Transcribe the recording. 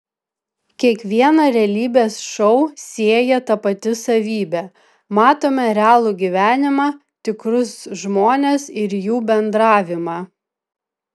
kiekvieną realybės šou sieja ta pati savybė matome realų gyvenimą tikrus žmones ir jų bendravimą